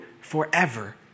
forever